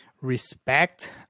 respect